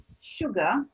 sugar